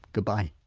goodbye